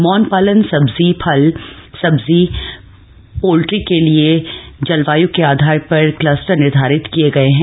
मौन पालन सब्जी फल सब्जी पोल्ट्री के लिये जलवाय् के आधार पर क्लस्टर निर्धारित किये गए हैं